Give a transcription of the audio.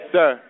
Sir